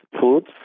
foods